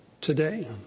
today